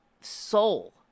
soul